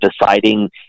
deciding